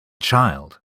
child